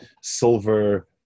silver